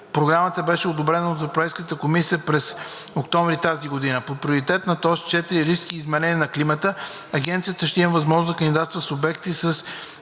Програмата беше одобрена от Европейската комисия през октомври тази година. По Приоритетна ос 4 „Риск и изменение на климата“ Агенцията ще има възможност да кандидатства с обекти с